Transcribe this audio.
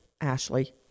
Ashley